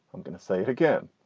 i'm gonna say it again.